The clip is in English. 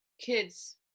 kids